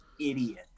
idiot